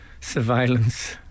surveillance